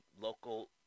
local